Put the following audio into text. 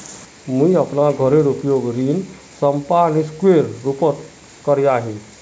मुई अपना घोरेर उपयोग ऋण संपार्श्विकेर रुपोत करिया ही